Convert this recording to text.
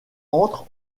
entrent